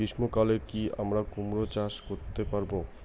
গ্রীষ্ম কালে কি আমরা কুমরো চাষ করতে পারবো?